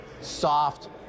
soft